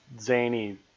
zany